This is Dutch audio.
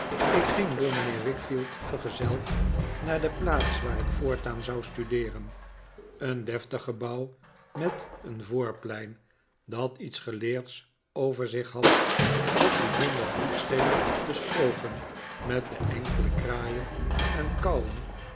ik ging door mijnheer wickfield vergezeld naar de plaats waar ik voortaan zou studeeren een deftig gebouw met een voorplein dat iets geleerds over zich had wat bijzonder goed scheen te strooken met de enkele kraaien en kauwen